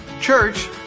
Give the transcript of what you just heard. Church